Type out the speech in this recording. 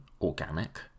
organic